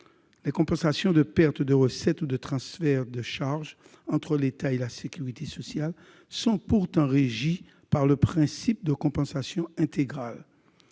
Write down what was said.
Les compensations de pertes de recettes ou de transferts de charges entre l'État et la sécurité sociale sont pourtant régies par le principe de « compensation intégrale